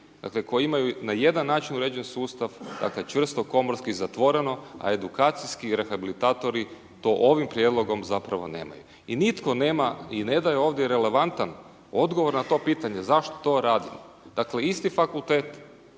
koji imaju na jedan način uređen sustav, dakle, čvrsto komorski zatvoreno, a edukacijski rehabilitatori, to ovim prijedlogom zapravo nemaju. I nitko nema, i ne da je ovdje relevantan odgovor na to pitanje, zašto to radim. Dakle isti fakultet,